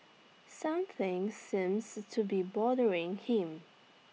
something seems to be bothering him